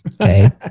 Okay